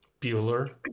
Bueller